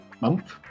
month